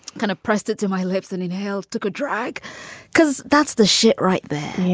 kind of pressed it to my lips and inhaled, took a drag because that's the shit right there.